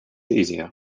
easier